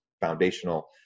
foundational